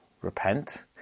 repent